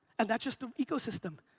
and that's just the ecosystem.